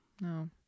No